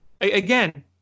Again